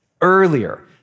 earlier